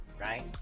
right